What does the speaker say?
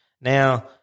Now